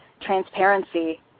transparency